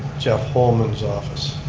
jeff holman's office.